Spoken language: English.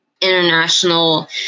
international